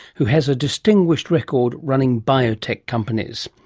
who has a distinguished record running biotech companies.